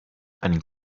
and